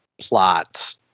plot